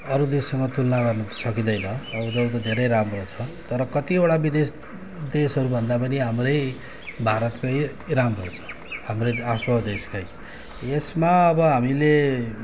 अरू देशसँग तुलना गर्न सकिँदैन अब उनीहरू त धेरै राम्रो छ तर कतिवटा विदेश देशहरूभन्दा पनि हाम्रै भारतकै राम्रो छ हाम्रै आफ्नो देशकै यसमा अब हामीले